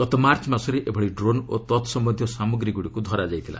ଗତ ମାର୍ଚ୍ଚ ମାସରେ ଏଭଳି ଡ୍ରୋନ୍ ଓ ତତ୍ସମ୍ୟନ୍ଧୀୟ ସାମଗ୍ରୀଗୁଡ଼ିକୁ ଧରା ଯାଇଥିଲା